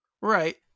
Right